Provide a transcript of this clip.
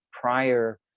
prior